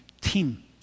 team